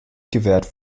gewährt